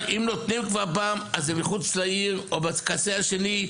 ומה אם נותנים כבר פעם אז הם מחוץ לעיר או בקצה השני,